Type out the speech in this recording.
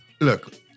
look